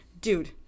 dude